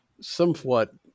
somewhat